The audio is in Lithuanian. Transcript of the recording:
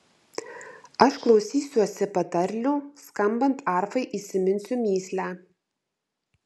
aš klausysiuosi patarlių skambant arfai įminsiu mįslę